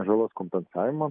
žalos kompensavimo